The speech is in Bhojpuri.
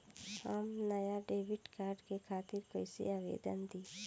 हम नया डेबिट कार्ड के खातिर कइसे आवेदन दीं?